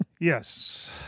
Yes